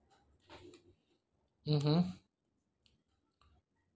mmhmm